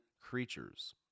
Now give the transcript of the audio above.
creatures